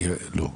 לא.